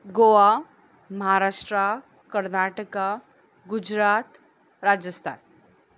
Goa Maharashtra Karnataka Gujarat Rajasthan